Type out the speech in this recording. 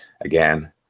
Again